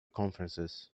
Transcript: conferences